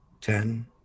Ten